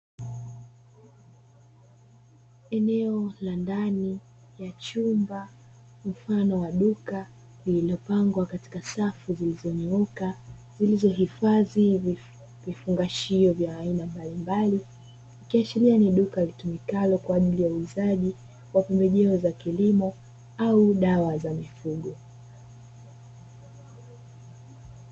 Eneo la ndani ya chumba mfano wa duka lililopangwa katika safu zilizonyoka zilizohifadhi vifungashio vya aina mbali mbali, ikiashiria ni duka litumikalo kwa ajili ya uuzaji wa pembejeo za kilimo au dawa za mifugo.